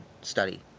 study